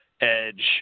Edge